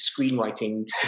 screenwriting